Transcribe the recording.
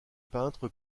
peintre